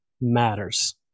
matters